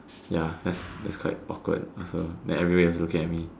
ya that's that's quite awkward also then everybody was looking at me